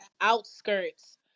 outskirts